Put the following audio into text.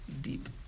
deep